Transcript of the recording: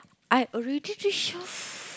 I already say twelve